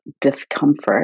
discomfort